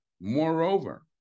Moreover